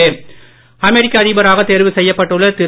Joe Biden அமெரிக்க அதிபராக தேர்வு செய்யப்பட்டுள்ள திரு